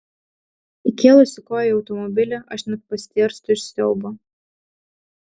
įkėlusi koją į automobilį aš net pastėrstu iš siaubo